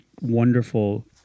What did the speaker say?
wonderful